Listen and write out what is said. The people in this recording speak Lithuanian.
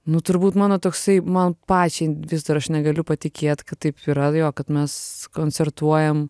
nu turbūt mano toksai man pačiai vis dar aš negaliu patikėt kad taip yra jo kad mes koncertuojam